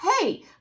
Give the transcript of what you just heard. hey